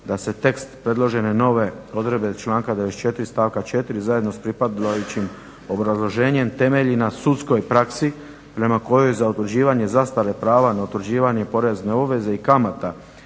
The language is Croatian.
da se tekst predložene nove odredbe članka 94. stavka 4. zajedno sa pripadajućim obrazloženje temelji na sudskoj praksi prema kojoj za utvrđivanje zastare prava na utvrđivanje porezne obveze i kamata